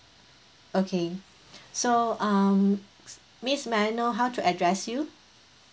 okay so um miss may I know how to address you